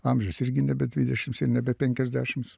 amžius irgi nebe dvidešims ir nebe penkiasdešims